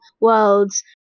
worlds